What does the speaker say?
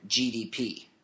GDP